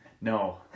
No